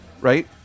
Right